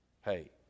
hey